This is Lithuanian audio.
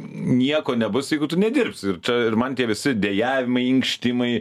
nieko nebus jeigu tu nedirbsi ir ir man tie visi dejavimai inkštimai